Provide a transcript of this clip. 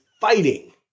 fighting